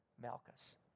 Malchus